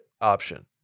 option